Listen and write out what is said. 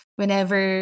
whenever